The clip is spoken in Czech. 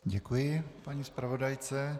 Děkuji paní zpravodajce.